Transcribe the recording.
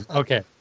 okay